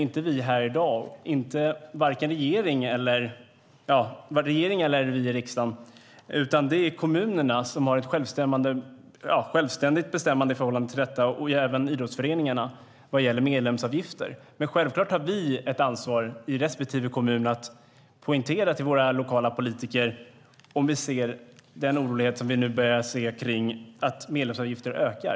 Det gör varken regering eller riksdag, utan det är kommunerna och även idrottsföreningarna som har ett självständigt bestämmande vad gäller medlemsavgifter. Men självklart har vi ett ansvar att poängtera för våra lokala politiker i respektive kommun om vi ser den oro som vi nu börjar se över att medlemsavgifter ökar.